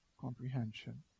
comprehension